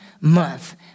month